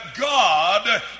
God